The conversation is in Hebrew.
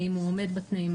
האם הוא עומד בתנאים,